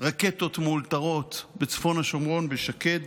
רקטות מאולתרות בצפון השומרון, בשקד,